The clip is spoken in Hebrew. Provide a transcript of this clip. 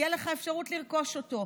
תהיה לך אפשרות לרכוש אותו.